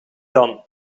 dan